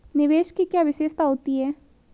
निवेश की क्या विशेषता होती है?